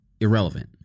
irrelevant